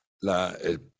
La